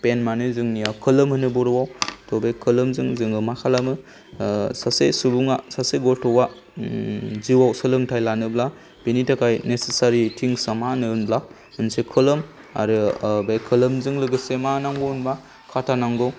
PAN माने जोंनिया खोलोम होनो बर'आव त बे खोलोमजों जोङो मा खालामो ओ सासे सुबुङा सासे गथ'आ ओ जिउ आव सोलोंथाय लानोब्ला बिनि थाखाय नेसेसारि थिंग्स आ मा होनो होनब्ला मोनसे खोलोम आरो बे खोलोमजों लोगोसे मा नांगौ होनबा खाथा नांगौ